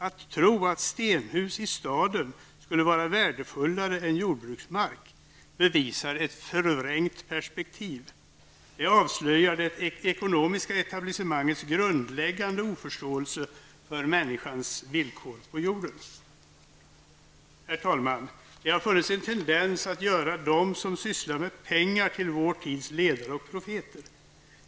Att tro att stenhus i staden skulle vara värdefullare än jordbruksmark bevisar ett förvrängt perspektiv. Det avslöjar det ekonomiska etablissemangets grundläggande oförståelse för människans villkor på jorden. Herr talman! Det har funnits en tendens att göra dem som sysslar med pengar till vår tids ledare och profeter.